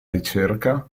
ricerca